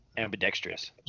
ambidextrous